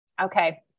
Okay